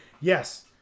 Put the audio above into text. Yes